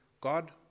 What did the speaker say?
God